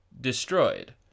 destroyed